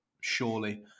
surely